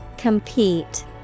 Compete